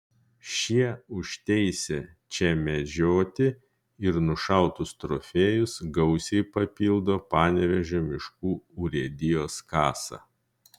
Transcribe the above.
šie už teisę čia medžioti ir nušautus trofėjus gausiai papildo panevėžio miškų urėdijos kasą